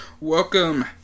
Welcome